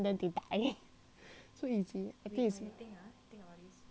so easy